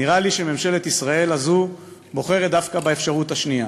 נראה לי שממשלת ישראל הזו בוחרת דווקא באפשרות השנייה,